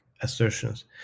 assertions